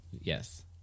Yes